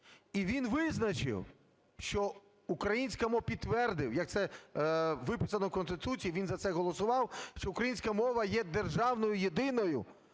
І він визначив, що українська мова, підтвердив, як це виписано в Конституції, він за це голосував, що українська мова є державною єдиною.